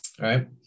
right